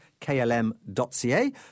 klm.ca